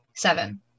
seven